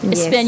Yes